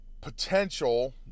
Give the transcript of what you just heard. potential